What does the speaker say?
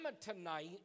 tonight